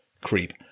creep